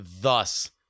thus